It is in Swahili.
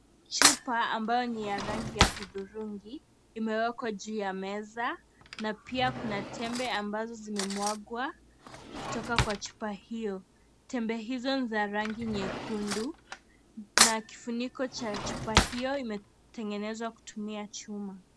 Chupa ambayo ni ya rangi udhurungi imewekwa juu ya meza na pia kuna tembe ambazo zimemwagwa kutoka kwa chupa hiyo. Tembe hizo ni za rangi nyekundu na kifuniko cha chupa hiyo metengenezwa kutumia chuma.